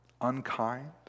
Unkind